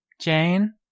Jane